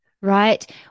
right